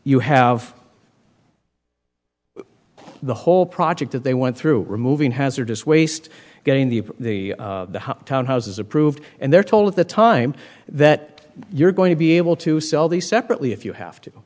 you have the whole project that they went through removing hazardous waste getting the the town houses approved and they're told at the time that you're going to be able to sell these separately if you have to